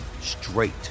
straight